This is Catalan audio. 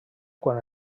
quan